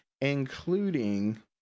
including